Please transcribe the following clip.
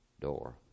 door